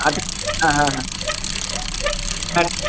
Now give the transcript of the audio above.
আচ্ছা হ্যাঁ হ্যাঁ হ্যাঁ হ্যাঁ